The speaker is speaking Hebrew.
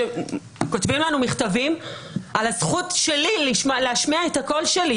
שכותבים לנו מכתבים על הזכות שלי להשמיע את הקול שלי